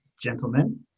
Gentlemen